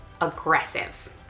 aggressive